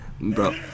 bro